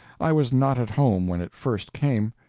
i was not at home when it first came,